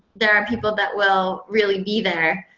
there are people that will really be there.